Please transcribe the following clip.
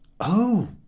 Oh